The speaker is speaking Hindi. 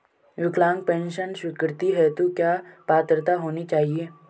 विकलांग पेंशन स्वीकृति हेतु क्या पात्रता होनी चाहिये?